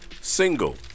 single